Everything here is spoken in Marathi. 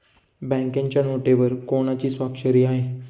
बँकेच्या नोटेवर कोणाची स्वाक्षरी आहे?